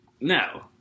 No